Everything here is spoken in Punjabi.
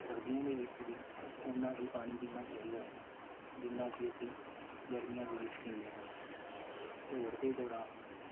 ਸਰਦੀਆਂ ਦੇ ਵਿੱਚ ਵੀ ਓਨਾ ਹੀ ਪਾਣੀ ਪੀਣਾ ਚਾਹੀਦਾ ਹੈ ਜਿੰਨਾ ਕਿ ਅਸੀਂ ਗਰਮੀਆਂ ਦੇ ਵਿੱਚ ਪੀਂਦੇ ਹਾਂ ਦੌੜ ਦੇ ਦੌਰਾਨ